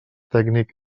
tècnic